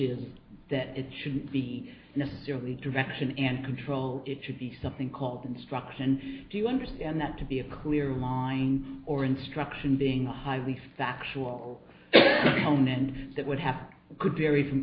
is that it should be necessarily direction and control it should be something called instruction if you understand that to be a clear mind or instruction being highly factual and that would have could vary from